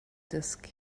disk